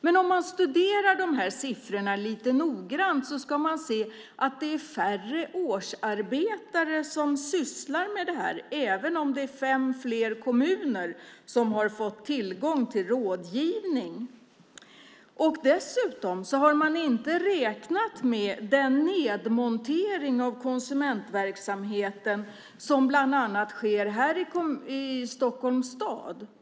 Men om man studerar siffrorna noggrant kan man se att det är färre årsarbetare som sysslar med detta nu, även om det är ytterligare fem kommuner som har fått tillgång till rådgivning. Dessutom har man inte räknat med den nedmontering av konsumentverksamheten som bland annat sker här i Stockholms stad.